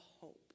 hope